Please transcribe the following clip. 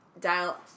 Dial